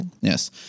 yes